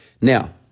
Now